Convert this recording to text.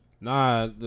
Nah